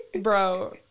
bro